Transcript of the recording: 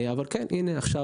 אבל עכשיו למאפרות,